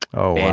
oh,